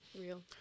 real